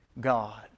God